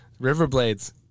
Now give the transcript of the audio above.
Riverblades